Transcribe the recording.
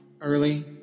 early